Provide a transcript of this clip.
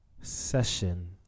session